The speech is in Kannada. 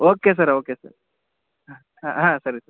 ಓಕೆ ಸರ್ ಓಕೆ ಸರ್ ಹಾಂ ಹಾಂ ಸರಿ ಸರ್